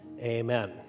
amen